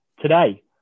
today